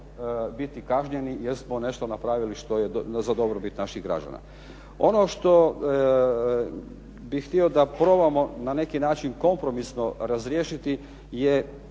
biti kažnjeni jer smo nešto napravili što je za dobrobit naših građana. Što bih htio da probamo na neki način kompromisno razriješiti je